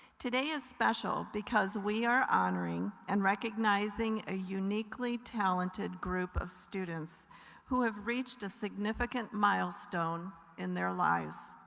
today is special because we are honoring and recognizing a uniquely talented group of students who have reached a significant milestone in their lives.